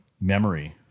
memory